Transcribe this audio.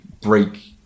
break